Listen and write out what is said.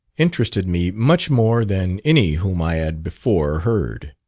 interested me much more than any whom i had before heard.